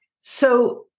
So-